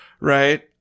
right